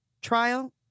trial